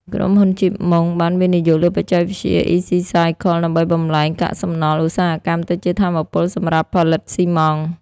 ក្រុមហ៊ុន ជីប ម៉ុង (Chip Mong ) បានវិនិយោគលើបច្ចេកវិទ្យា អុីស៊ីសាយខល "Ecicycle" ដើម្បីបំប្លែងកាកសំណល់ឧស្សាហកម្មទៅជាថាមពលសម្រាប់ផលិតស៊ីម៉ងត៍។